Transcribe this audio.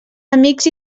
amics